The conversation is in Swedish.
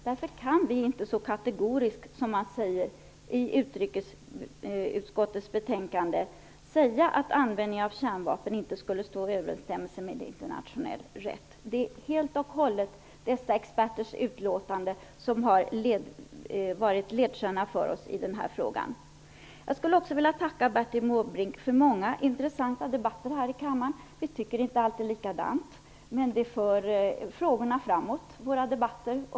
Därför kan vi inte säga så kategoriskt som man gör i utrikesutskottets betänkande, att användningen av kärnvapen inte skulle stå i överensstämmelse med internationell rätt. Det är helt och hållet dessa experters utlåtande som har varit ledstjärna för oss i den här frågan. Jag vill också tacka Bertil Måbrink för många intressanta debatter här i kammaren. Vi tycker inte alltid likadant, men våra debatter för frågorna framåt.